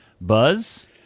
Buzz